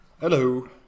Hello